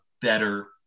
better